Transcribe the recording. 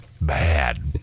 Bad